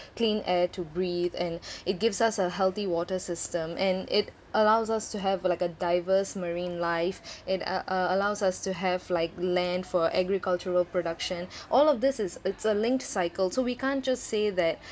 clean air to breathe and it gives us a healthy water system and it allows us to have like a diverse marine life it a~ a~ allows us to have like land for agricultural production all of this is its a linked cycle so we can't just say that